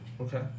Okay